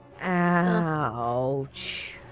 Ouch